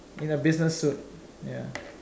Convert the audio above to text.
in a business suit ya